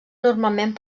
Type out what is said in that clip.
normalment